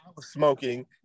smoking